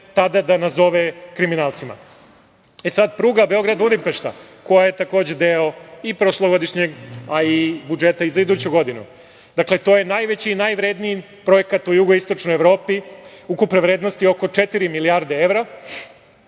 tada da nazove kriminalcima?E, sada, pruga Beograd - Budimpešta, koja je takođe deo i prošlogodišnjeg, a i budžeta za iduću godinu. Dakle, to je najveći i najvredniji projekat u jugoistočnoj Evropi, ukupne vrednosti oko četiri milijarde evra,